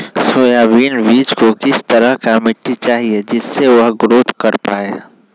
Soybean बीज को किस तरह का मिट्टी चाहिए जिससे वह ग्रोथ कर पाए?